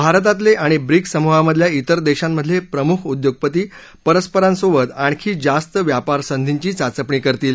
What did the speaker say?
भारतातले आणि ब्रिक्स समूहामधल्या विर देशांमधले प्रमुख उद्योगपती परस्परांसोबत आणखी जास्त व्यापार संधीची चाचपणी करतील